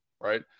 right